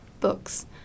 books